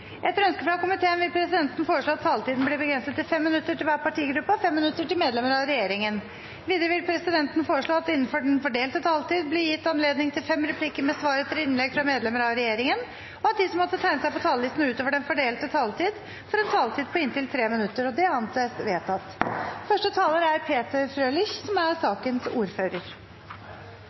Etter ønske fra familie- og kulturkomiteen vil presidenten foreslå at taletiden blir begrenset til 5 minutter til hver partigruppe og 5 minutter til medlemmer av regjeringen. Videre vil presidenten foreslå at det – innenfor den fordelte taletid – blir gitt anledning til fem replikker med svar etter innlegg fra medlemmer av regjeringen, og at de som måtte tegne seg på talerlisten utover den fordelte taletid, får en taletid på inntil 3 minutter. – Det anses vedtatt. Jeg vil som